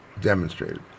demonstrated